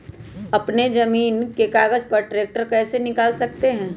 अपने जमीन के कागज पर ट्रैक्टर कैसे निकाल सकते है?